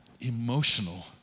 emotional